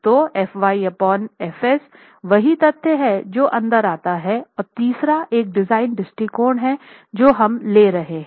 तो F y F s वही तत्व है जो अंदर आता है और तीसरा एक डिजाइन दृष्टिकोण है जो हम ले रहे हैं